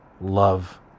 love